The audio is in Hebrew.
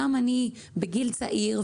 גם אני בגיל צעיר,